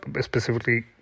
specifically